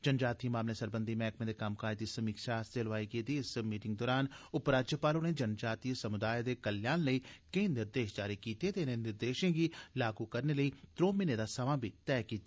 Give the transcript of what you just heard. जनजातीय मामलें सरबंधी मैह्कमे दे कम्मकाज दी समीक्षा आस्तै लोआई गेदी इस मीटिंग दौरान उपराज्यपाल होरें जनजातीय समुदायें दे कल्याण लेई केई निर्देश जारी कीते ते इनें निर्देशें गी लागू करने लेई त्रौं म्हीनें दा समा तैय बी कीता